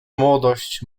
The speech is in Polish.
młodość